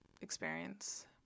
experience